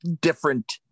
different